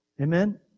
Amen